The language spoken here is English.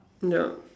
yup